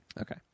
Okay